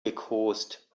gekost